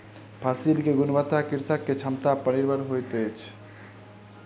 फसिल के गुणवत्ता कृषक के क्षमता पर निर्भर होइत अछि